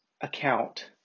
account